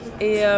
Et